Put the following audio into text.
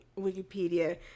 Wikipedia